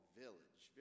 village